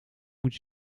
moet